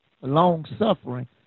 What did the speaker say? long-suffering